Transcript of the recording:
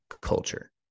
culture